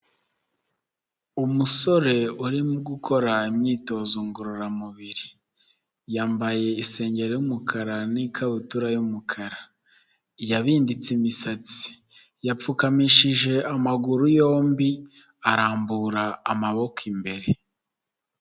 Umusore urimo gukora imyitozo ngororamubiri, yambaye isengero y'umukara n'ikabutura y'umukara, yabinditse imisatsi, yapfukamishije amaguru yombi arambura amaboko imbere.